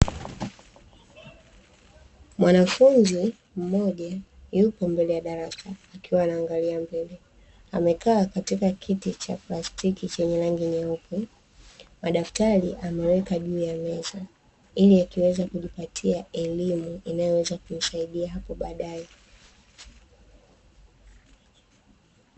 Mwanafunzi mmoja yuko mbele ya darasa akiwa anaangalia mbele amekaa katika kiti cha plastiki chenye rangi nyeupe, madaftari ameweka juu ya meza ili akiweza kujipatia elimu inayoweza kumsaidia hapo baadaye.